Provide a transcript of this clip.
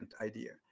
idea